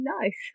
nice